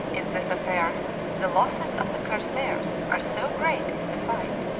in this affair the losses of the corsairs are so great in the fight,